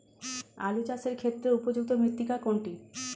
আলু চাষের ক্ষেত্রে উপযুক্ত মৃত্তিকা কোনটি?